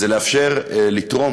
היא לאפשר לתרום